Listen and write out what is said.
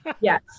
Yes